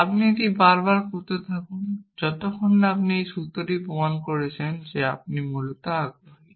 আপনি এটি বারবার করতে থাকুন যতক্ষণ না আপনি সূত্রটি প্রমাণ করছেন যে আপনি মূলত আগ্রহী